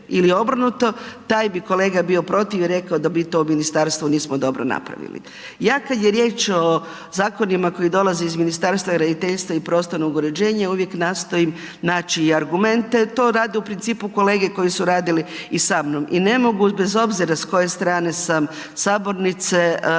ili obrnuto, taj bio kolega bio protiv, rekao bi da mi to ministarstvo nismo dobro napravili. Ja kad je riječ o zakonima koji dolaze iz Ministarstva graditeljstva i prostornog uređenja uvijek nastojim naći i argumente, to rade u principu kolege koji su radili sa mnom i ne mogu bez obzira s koje strane sam sabornice,